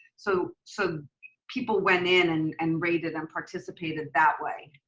so so people went in and and rated and participated that way.